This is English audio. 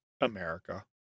america